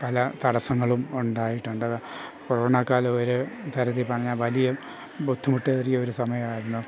പല തടസ്സങ്ങളും ഉണ്ടായിട്ടുണ്ട് കൊറോണകാലം ഒരു തരത്തിൽ പറഞ്ഞ വലിയ ബുദ്ധിമുട്ടേറിയ ഒരു ഒരു സമയമായിരുന്നു